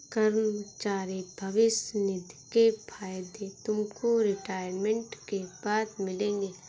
कर्मचारी भविष्य निधि के फायदे तुमको रिटायरमेंट के बाद मिलेंगे